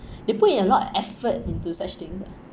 they put in a lot effort into such things lah